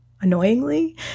annoyingly